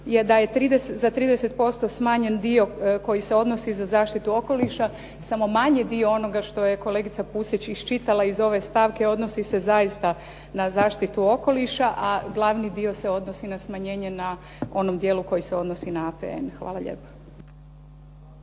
je da je za 30% smanjen dio koji se odnosi za zaštitu okoliša. Samo manji dio onoga što je kolegica Pusić iščitala iz ove stavke odnosi se zaista na zaštitu okoliša, a glavni dio se odnosi na smanjenje na onom dijelu koji se odnosi na APN. Hvala lijepo.